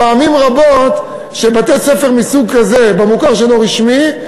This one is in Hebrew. פעמים רבות בתי-ספר מסוג כזה, במוכר שאינו רשמי,